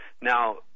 Now